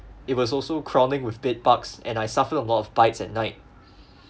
it was also crawling with bed bugs and I suffered a lot of bites at night